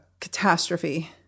catastrophe